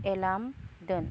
alarm दोन